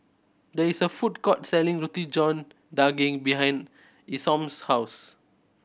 there is a food court selling Roti John Daging behind Isom's house